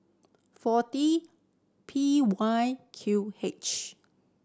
forty P Y Q H